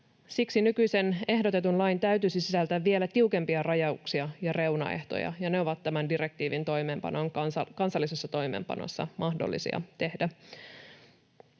Siksi nykyisen ehdotetun lain täytyisi sisältä vielä tiukempia rajauksia ja reunaehtoja, ja ne ovat tämän direktiivin kansallisessa toimeenpanossa mahdollisia tehdä.